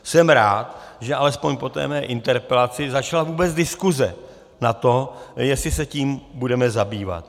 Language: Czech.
Jsem rád, že alespoň po mé interpelaci začala vůbec diskuse na to, jestli se tím budeme zabývat.